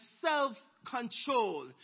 self-control